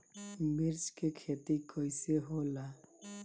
मिर्च के खेती कईसे होला?